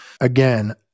Again